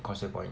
causeway point